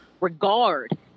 regard